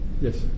Yes